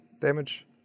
damage